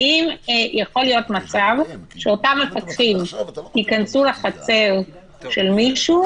האם יכו להיות מצב שאותם מפקחים ייכנסו לחצר של מישהו,